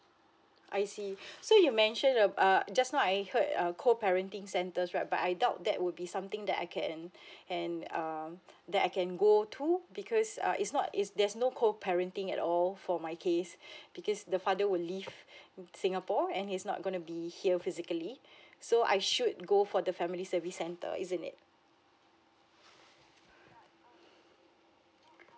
I see so you mention ab~ uh just now I heard uh co parenting centers right but I doubt that would be something that I can can um that I can go to because err it's not it's there's no co parenting at all for my case because the father will leave singapore and he's not gonna be here physically so I should go for the family service center isn't it